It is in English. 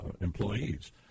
employees